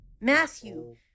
Matthew